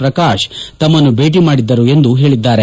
ಪ್ರಕಾಶ್ ತಮ್ಮನ್ನು ಭೇಟಿ ಮಾಡಿದರು ಎಂದು ಹೇಳಿದ್ದಾರೆ